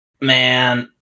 man